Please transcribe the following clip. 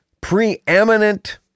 preeminent